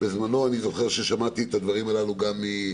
בזמנו שמעתי את זה מחברנו,